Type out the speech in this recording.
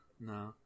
No